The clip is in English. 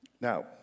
Now